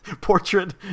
portrait